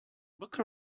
book